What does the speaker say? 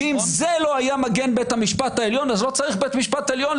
אם על זה לא היה מגן בית משפט העליון אז לא צריך בית משפט עליון.